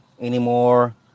anymore